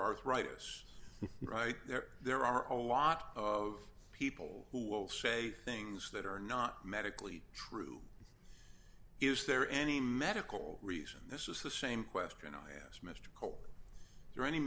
arthritis right there there are a lot of people who will say things that are not medically true is there any medical reason this is the same question i asked m